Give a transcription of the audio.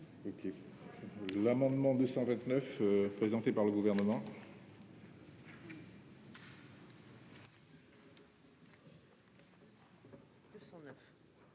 L'amendement n° 209, présenté par le Gouvernement,